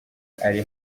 ari